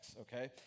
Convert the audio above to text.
Okay